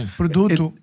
produto